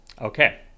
Okay